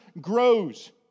grows